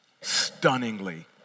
Stunningly